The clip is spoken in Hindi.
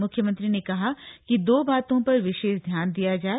मुख्यमंत्री ने कहा कि दो बातों पर विशेष ध्यान दिया जाए